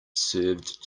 served